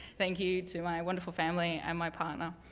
thank you to my wonderful family and my partner. oh,